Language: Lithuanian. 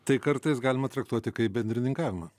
tai kartais galima traktuoti kaip bendrininkavimą